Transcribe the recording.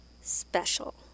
special